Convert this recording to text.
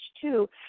two